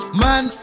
man